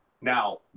Now